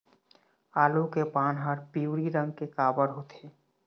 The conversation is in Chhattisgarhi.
आलू के पान हर पिवरी रंग के काबर होथे?